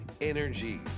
energy